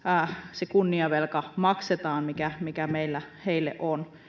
se kunniavelka maksetaan mikä mikä meillä heille on